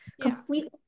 Completely